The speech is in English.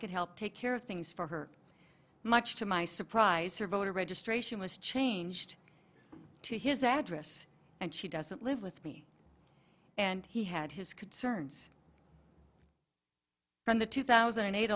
could help take care of things for her much to my surprise her voter registration was changed to his address and she doesn't live with me and he had his concerns from the two thousand and eight